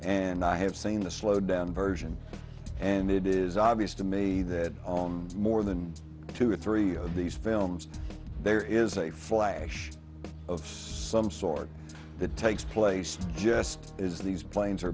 and i have seen the slow down version and it is obvious to me that on more than two or three of these films there is a flash of some sort that takes place just is these planes are